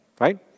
right